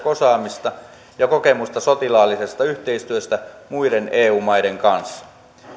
osaamista ja kokemusta sotilaallisesta yhteistyöstä muiden eu maiden kanssa